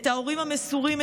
את ההורים המסורים,